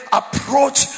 approach